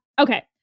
okay